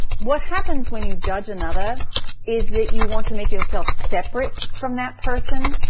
what happens when you judge another is that you want to make yourself separate from that person,